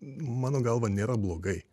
mano galva nėra blogai